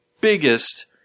biggest